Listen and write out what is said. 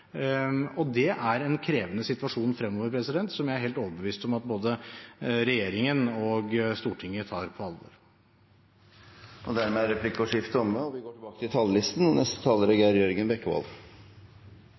Det er en krevende situasjon fremover som jeg er helt overbevist om at både regjeringen og Stortinget tar på alvor. Dermed er replikkordskiftet omme. For noen er pengespill uproblematisk moro. For andre ødelegger det livet. Omtrent 120 000 mennesker i Norge er